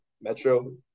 Metro